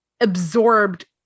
absorbed